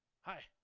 Hi